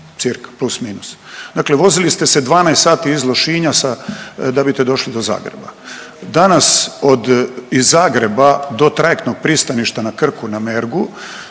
cca, plus, minus, dakle vozili ste se 12 sati iz Lošinja sa da bite došli do Zagreba. Danas od iz Zagreba do trajektnog pristaništa na Krku na Mergu